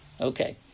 Okay